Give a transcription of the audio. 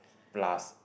plus